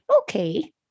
okay